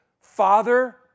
Father